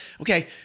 Okay